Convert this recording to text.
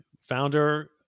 founder